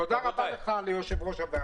תודה רבה, יושב-ראש הוועדה.